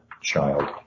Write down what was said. child